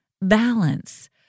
balance